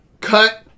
cut